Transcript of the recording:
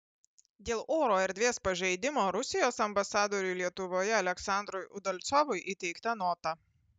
dėl oro erdvės pažeidimo rusijos ambasadoriui lietuvoje aleksandrui udalcovui įteikta nota